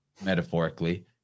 metaphorically